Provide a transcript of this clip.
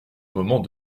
moment